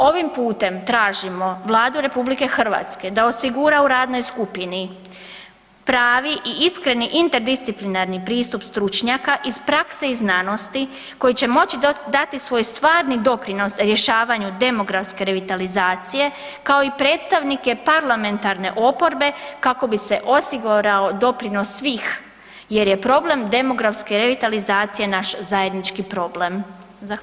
Ovim putem tražimo Vladu RH da osigura u radnoj skupini pravi i iskreni interdisciplinarni pristup stručnjaka iz prakse i znanosti koji će moći dati svoj stvarni doprinos rješavanju demografske revitalizacije, kao i predstavnike parlamentarne oporbe kao bi se osigurao doprinos svih jer je problem demografske revitalizacije naš zajednički problem.